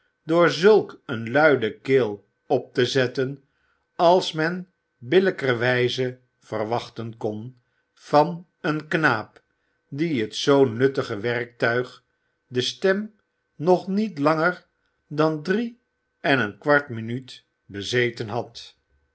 door zulk een luide keel op te zetten als men billijkerwijze verwachten kon van een knaap die het zoo nuttige werktuig de stem nog niet langer dan drie en een kwart minuut bezeten had